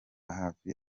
hafi